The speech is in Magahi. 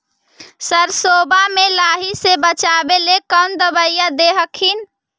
सरसोबा मे लाहि से बाचबे ले कौन दबइया दे हखिन?